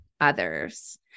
others